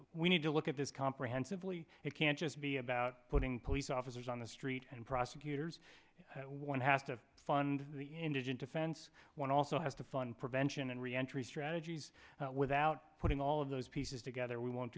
we need to look at this comprehensively it can't just be about putting police officers on the street and prosecutors one has to fund the indigent defense one also has to fund prevention and reentry strategies without putting all of those pieces together we won't